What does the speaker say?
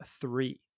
three